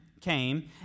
came